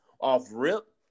off-rip